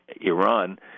Iran